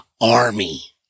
army